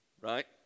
right